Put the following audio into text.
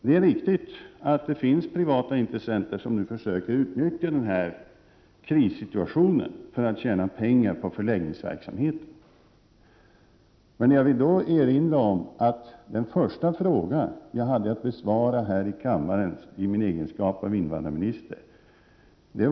Det är riktigt att det finns privata intressenter som nu försöker utnyttja krissituationen för att tjäna pengar på förläggningsverksamheten. Men jag vill erinra om den första fråga som jag svarade på här i kammaren i min egenskap av invandrarminister.